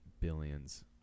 billions